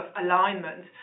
alignment